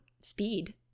speed